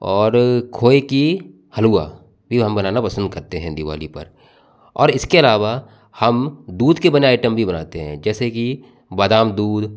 और खोए की हलुआ ये हम बनाना पसंद करते हैं दिवाली पर और इसके अलावा हम दूध के बनाए आइटम भी बनाते हैं जैसे की बादाम दूध